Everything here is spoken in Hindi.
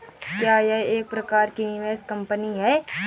क्या यह एक प्रकार की निवेश कंपनी है?